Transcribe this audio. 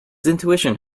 intuition